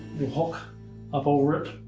the hook up over it,